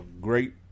great